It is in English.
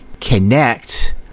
connect